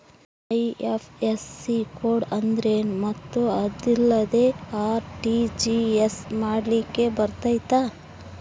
IFSC code ಅಂದ್ರೇನು ಮತ್ತು ಅದಿಲ್ಲದೆ ಆರ್.ಟಿ.ಜಿ.ಎಸ್ ಮಾಡ್ಲಿಕ್ಕೆ ಬರ್ತೈತಾ?